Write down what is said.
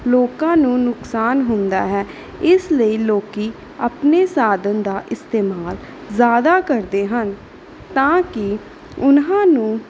ਲੋਕਾਂ ਨੂੰ ਨੁਕਸਾਨ ਹੁੰਦਾ ਹੈ ਇਸ ਲਈ ਲੋਕ ਆਪਣੇ ਸਾਧਨ ਦਾ ਇਸਤੇਮਾਲ ਜ਼ਿਆਦਾ ਕਰਦੇ ਹਨ ਤਾਂ ਕਿ ਉਹਨਾਂ ਨੂੰ